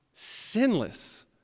sinless